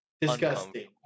disgusting